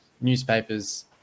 newspapers